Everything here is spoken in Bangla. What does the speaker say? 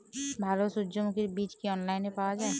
ভালো সূর্যমুখির বীজ কি অনলাইনে পাওয়া যায়?